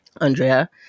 Andrea